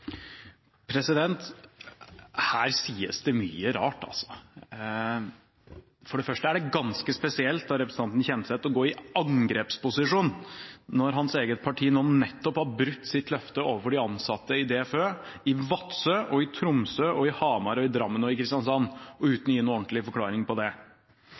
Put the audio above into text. Her sies det mye rart. For det første er det ganske spesielt av representanten Kjenseth å gå i angrepsposisjon, når hans eget parti nå nettopp har brutt sitt løfte overfor de ansatte i DFØ i Vadsø, i Tromsø, i Hamar, i Drammen og i Kristiansand uten å gi noe ordentlig forklaring på det.